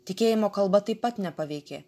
tikėjimo kalba taip pat nepaveikė